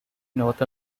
north